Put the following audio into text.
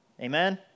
Amen